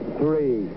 three